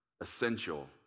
essential